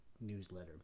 Newsletter